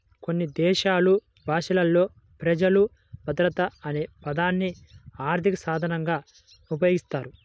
కొన్ని దేశాలు భాషలలో ప్రజలు భద్రత అనే పదాన్ని ఆర్థిక సాధనంగా ఉపయోగిస్తారు